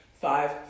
five